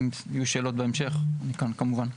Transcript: אם יהיו שאלות בהמשך, אני כאן כמובן.